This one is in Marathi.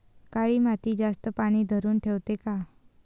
काळी माती जास्त पानी धरुन ठेवते का?